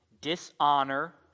Dishonor